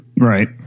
Right